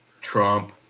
Trump